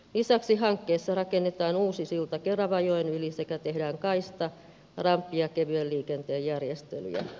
lisäksi hankkeessa rakennetaan uusi silta keravajoen yli sekä tehdään kaista ramppi ja kevyen liikenteen järjestelyjä